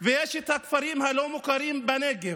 ויש את הכפרים הלא-מוכרים בנגב,